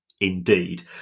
indeed